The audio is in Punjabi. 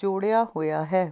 ਜੋੜਿਆ ਹੋਇਆ ਹੈ